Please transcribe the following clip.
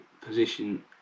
position